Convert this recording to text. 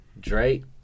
Drake